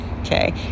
Okay